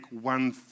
one